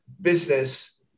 business